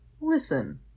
Listen